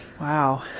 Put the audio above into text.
wow